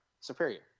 superior